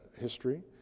history